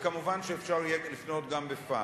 ומובן שיהיה אפשר לפנות גם בפקס.